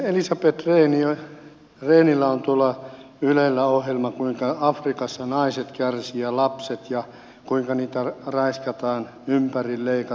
rehnillä on ylellä ohjelma siitä kuinka afrikassa naiset ja lapset kärsivät ja kuinka heitä raiskataan ympärileikataan ja näin